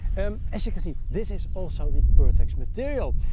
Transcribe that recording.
um as you can see, this is also the pertex material.